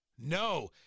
No